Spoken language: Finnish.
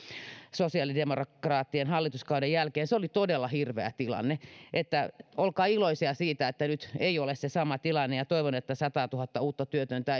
sosiaalidemokraattien hallituskauden jälkeen se oli todella hirveä tilanne niin että olkaa iloisia siitä että nyt ei ole se sama tilanne toivon että sataatuhatta uutta työtöntä